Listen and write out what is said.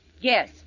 Yes